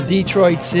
Detroit